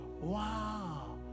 wow